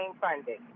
funding